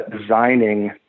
designing